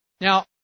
Now